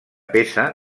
peça